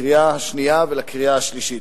לקריאה שנייה ולקריאה השלישית.